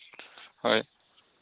হয়